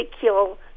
kill